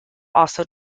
also